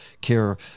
care